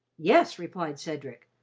yes, replied cedric,